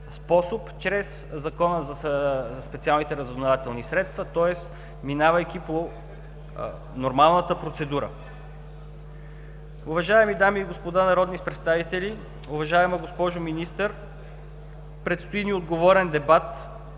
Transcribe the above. чрез Закона за специалните разузнавателни средства, тоест, минавайки по нормалната процедура. Уважаеми дами и господа народни представители, уважаема госпожо Министър! Предстои ни отговорен дебат